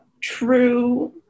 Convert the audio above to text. true